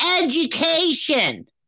education